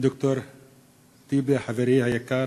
ד"ר טיבי, חברי היקר,